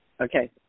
Okay